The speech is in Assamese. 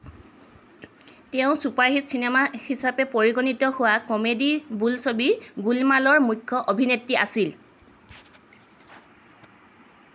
তেওঁ ছুপাৰহিট চিনেমা হিচাপে পৰিগণিত হোৱা কমেডি বোলছবি গুলুমালৰ মুখ্য অভিনেত্ৰী আছিল